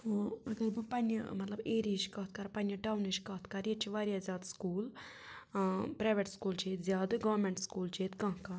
اگر بہٕ پنٛنہِ مطلب ایریِہِچ کَتھ کَرٕ پنٛنہِ ٹاونٕچ کَتھ کَرٕ ییٚتہِ چھِ واریاہ زیادٕ سکوٗل پرٛایویٹ سکوٗل چھِ ییٚتہِ زیادٕ گورمٮ۪نٛٹ سکوٗل چھِ ییٚتہِ کانٛہہ کانٛہہ